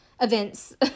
events